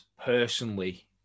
personally